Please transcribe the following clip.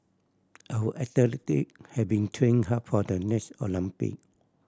our athlete have been training hard for the next Olympic